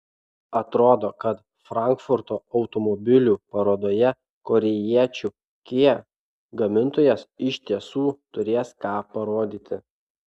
atrodo kad frankfurto automobilių parodoje korėjiečių kia gamintojas iš tiesų turės ką parodyti